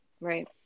right